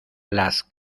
las